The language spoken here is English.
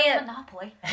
Monopoly